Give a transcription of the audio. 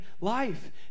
life